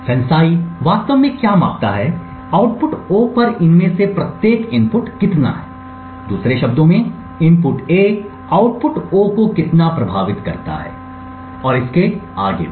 FANCI वास्तव में क्या मापता है आउटपुट O पर इनमे से प्रत्येक इनपुट कितना है दूसरे शब्दों में इनपुट A आउटपुट O को कितना प्रभावित करता है और इसके आगे भी